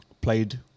Played